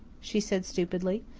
she said stupidly.